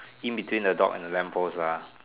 in between the dog and the lamp post lah